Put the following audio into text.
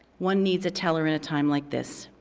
one needs a teller in a time like this.